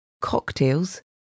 Cocktails